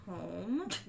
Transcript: home